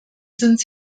sind